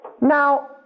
Now